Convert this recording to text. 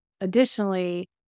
additionally